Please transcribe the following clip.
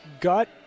gut